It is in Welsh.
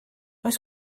oes